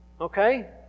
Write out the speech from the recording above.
Okay